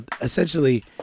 Essentially